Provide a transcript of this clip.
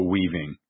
Weaving